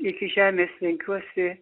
iki žemės lenkiuosi